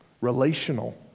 relational